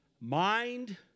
mind